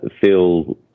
feel